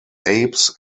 apes